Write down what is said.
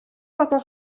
bobl